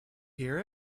hear